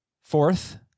Fourth